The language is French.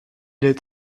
est